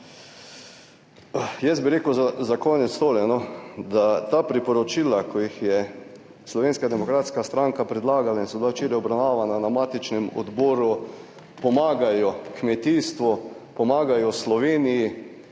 Jaz bi rekel za konec tole. Da ta priporočila, ki jih je Slovenska demokratska stranka predlagala in so bila včeraj obravnavana na matičnem odboru pomagajo kmetijstvu, pomagajo Sloveniji,